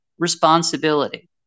Responsibility